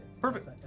Perfect